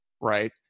right